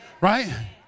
Right